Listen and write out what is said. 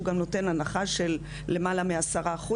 שהוא גם נותן הנחה של למעלה מעשרה אחוז,